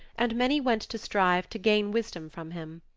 and many went to strive to gain wisdom from him.